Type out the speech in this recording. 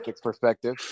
perspective